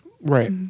Right